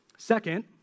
Second